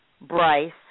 Bryce